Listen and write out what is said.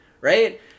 right